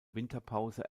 winterpause